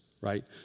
right